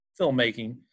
filmmaking